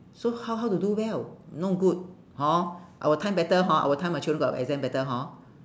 so how how to do well no good hor our time better hor our time the children got exam better hor